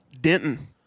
Denton